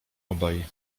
obaj